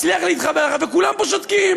מצליח להתחבר אחר כך וכולם פה שותקים.